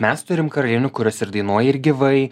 mes turim karalienių kurios ir dainuoja ir gyvai